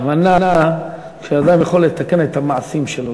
הכוונה היא שאדם יכול לתקן את המעשים שלו,